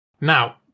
Now